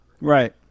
Right